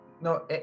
no